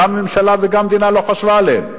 גם הממשלה וגם המדינה לא חשבו עליהן,